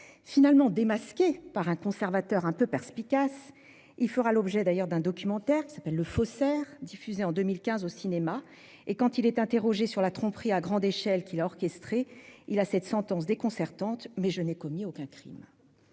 Finalement démasqué par un conservateur perspicace, il fera l'objet d'un documentaire,, diffusé en 2015 au cinéma. Et, quand il est interrogé sur la tromperie à grande échelle qu'il a orchestrée, il a cette sentence déconcertante :« Je n'ai commis aucun crime !